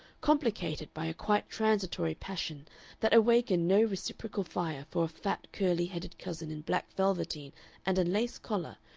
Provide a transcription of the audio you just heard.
complicated by a quite transitory passion that awakened no reciprocal fire for a fat curly headed cousin in black velveteen and a lace collar,